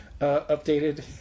updated